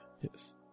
Yes